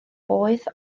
boeth